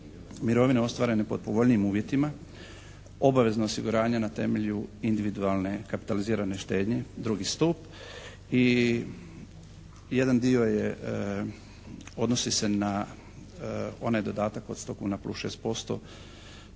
mirovine ostvarene pod povoljnijim uvjetima, obavezno osiguranje na temelju individualne kapitalizirane štednje drugi stup i jedan dio odnosi se na onaj dodatak od sto kuna plus 6%.